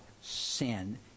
sin